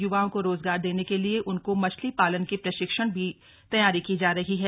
यूवाओं को रोजगार देने के लिए उनको मछली पालन के प्रशिक्षण भी तैयारी की जा रही है